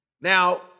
Now